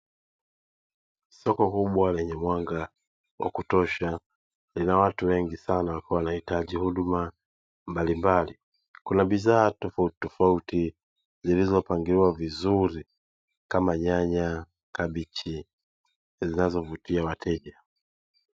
Soko kubwa lenye mwanga wa kutosha lina watu wengi sana ambao wanahitaji huduma mbalimbali kuna bidhaa tofauti tofauti, zililopangiliwa vizuri kama nyanya, kabichi zinazovutia wateja.